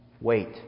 wait